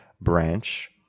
branch